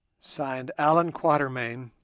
signed allan quatermain,